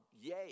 yay